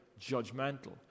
judgmental